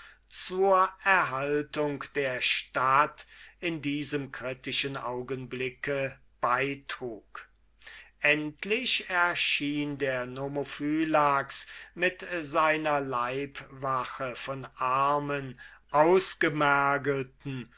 zur erhaltung der stadt in diesem kritischen augenblicke beitrug endlich erschien der nomophylax mit seiner leibwache von armen alten